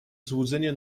złudzenie